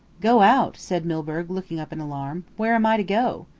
go out? said milburgh, looking up in alarm. where am i to go?